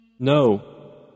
No